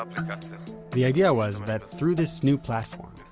um the idea was that through this new platform,